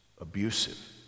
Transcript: abusive